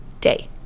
day